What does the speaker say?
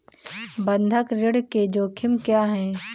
बंधक ऋण के जोखिम क्या हैं?